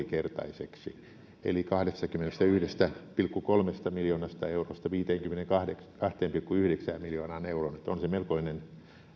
kertaiseksi eli kahdestakymmenestäyhdestä pilkku kolmesta miljoonasta eurosta viiteenkymmeneenkahteen pilkku yhdeksään miljoonaan euroon on se melkoinen